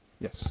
Yes